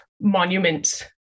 monuments